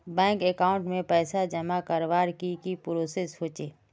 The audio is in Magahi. बैंक अकाउंट में पैसा जमा करवार की की प्रोसेस होचे?